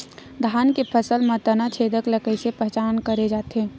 धान के फसल म तना छेदक ल कइसे पहचान करे जाथे?